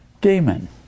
demon